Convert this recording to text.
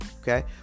Okay